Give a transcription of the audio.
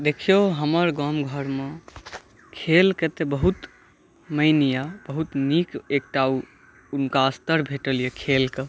देखियौ हमर गाम घरमे खेलके तऽ बहुत मानि अछि बहुत नीक एकटा उनका स्तर भेटल अछि खेलके